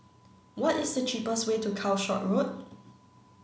what is the cheapest way to Calshot Road